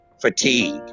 fatigue